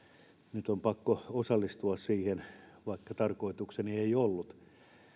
nyt on pakko osallistua siihen vaikka tarkoitukseni ei ei ollut